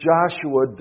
Joshua